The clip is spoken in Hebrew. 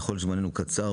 בגלל שזמננו קצר,